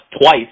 twice